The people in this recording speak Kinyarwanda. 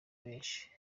benshi